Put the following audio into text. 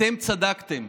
אתם צדקתם.